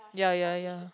ya ya ya